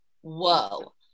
Whoa